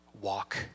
walk